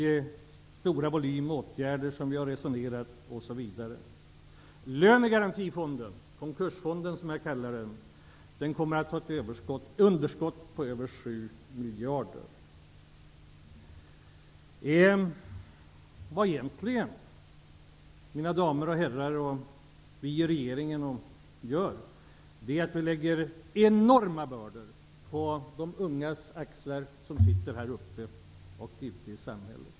Det gäller med besparingar och stora volymer av andra åtgärder osv. Lönegarantifonden -- som jag kallar för konkursfonden -- kommer att ha ett underskott på över 7 miljarder. Vad vi egentligen gör -- mina damer och herrar och regeringens ministrar -- är att vi lägger enorma börder på de ungas axlar, de unga som nu sitter uppe på åhörarläktaren och de unga som finns ute i samhället.